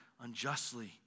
unjustly